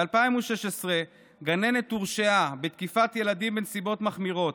ב-2016 גננת הורשעה בתקיפת ילדים בנסיבות מחמירות,